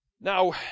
Now